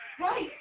right